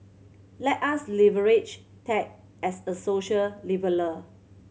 let us leverage tech as a social leveller